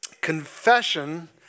confession